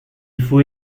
faut